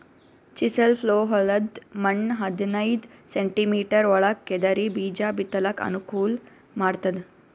chisel plough ಹೊಲದ್ದ್ ಮಣ್ಣ್ ಹದನೈದ್ ಸೆಂಟಿಮೀಟರ್ ಒಳಗ್ ಕೆದರಿ ಬೀಜಾ ಬಿತ್ತಲಕ್ ಅನುಕೂಲ್ ಮಾಡ್ತದ್